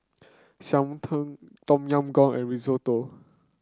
Tom Yam Goong and Risotto